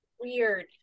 Weird